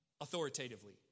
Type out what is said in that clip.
authoritatively